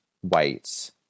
white